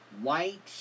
white